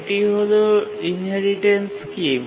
এটি হল inheritance scheme